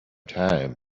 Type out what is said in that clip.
time